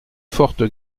forte